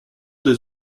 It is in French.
des